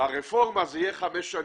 ברפורמה זה יהיה לחמש שנים.